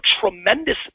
tremendous –